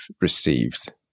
received